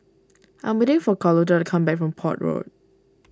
I am waiting for Carlota to come back from Port Road